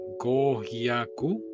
Gohyaku